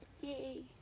Yay